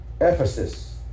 Ephesus